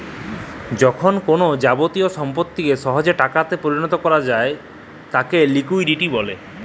যখল কল যাবতীয় সম্পত্তিকে সহজে টাকাতে পরিলত ক্যরা যায় উয়াকে লিকুইডিটি ব্যলে